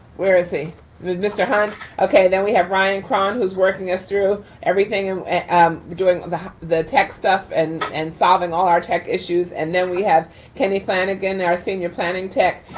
where's he, mr. horns. okay, then we have ryan and cron who's working us through everything doing the the tech stuff and and solving all our tech issues. and then we have kenny flanegan, our senior planning tech,